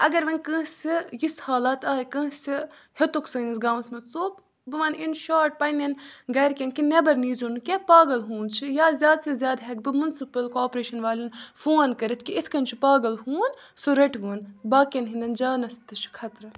اگر وۄنۍ کٲنٛسہِ یِژھ حالت آے کٲنٛسہِ ہیوٚتُکھ سٲنِس گامَس منٛز ژوٚپ بہٕ وَنہٕ اِن شاٹ پنٛنٮ۪ن گَرِکٮ۪ن کہِ نٮ۪بَر نیٖرزیو کینٛہہ پاگل ہوٗن چھِ یا زیادٕ سے زیادٕ ہٮ۪کہٕ بہٕ مُنسِپٕل کاپریشَن والٮ۪ن فون کٔرِتھ کہِ یِتھۍ کَنۍ چھُ پاگل ہوٗن سُہ رٔٹۍوُن باقٕیَن ہِنٛدٮ۪ن جانَس تہِ چھُ خطرٕ